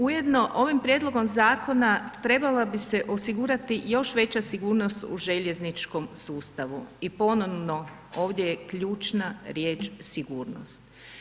Ujedno, ovim prijedlogom zakona treba bi se osigurati još veća sigurnost u željezničkom sustavu i ponovno ovdje je ključna riječ sigurnost.